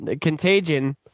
Contagion